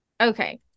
Okay